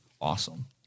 Awesome